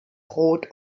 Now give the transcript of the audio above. rot